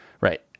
right